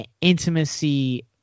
intimacy